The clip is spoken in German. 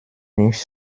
nicht